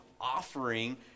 offering